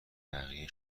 بقیه